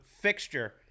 fixture